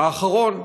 האחרון,